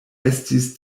estis